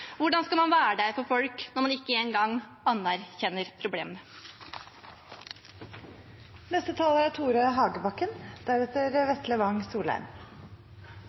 Hvordan skal man være der for folk når man ikke engang anerkjenner